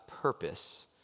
purpose